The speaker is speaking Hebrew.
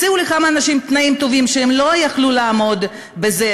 הציעו לכמה אנשים תנאים טובים שהם לא יכלו לעמוד בזה,